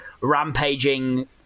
rampaging